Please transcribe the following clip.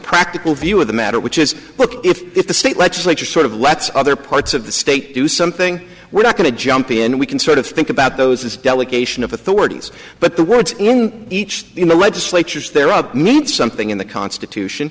practical view of the matter which is if the state legislature sort of lets other parts of the state do something we're not going to jump in we can sort of think about those this delegation of authorities but the words in each in the legislatures there are meant something in the constitution